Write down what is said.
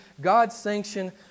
God-sanctioned